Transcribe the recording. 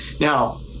Now